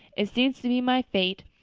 it seems to be my fate.